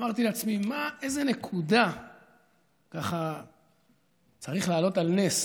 אמרתי לעצמי: איזו נקודה צריך להעלות על נס